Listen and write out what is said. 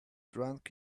drunk